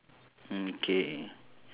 mm K